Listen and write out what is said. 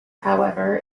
however